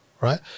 Right